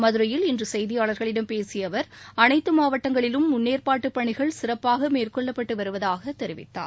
மதுரையில் இன்று செய்தியாளர்களிடம் பேசிய அவர் அனைத்து மாவட்டங்களிலும் முன்னேற்பாட்டு பணிகள் சிறப்பாக மேற்கொள்ளப்பட்டு வருவதாகவும் தெரிவித்தார்